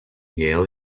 yale